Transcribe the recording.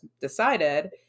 decided